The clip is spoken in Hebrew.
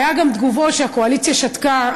היו גם תגובות שהקואליציה שתקה.